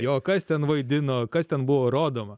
jo kas ten vaidino kas ten buvo rodoma